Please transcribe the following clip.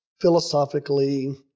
philosophically